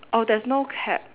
oh there's no cap